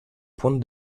pointes